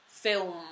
film